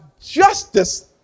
justice